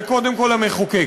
זה קודם כול המחוקק,